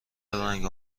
رنگ